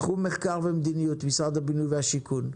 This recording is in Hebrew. תחום מחקר ומדיניות, משרד הבינוי והשיכון,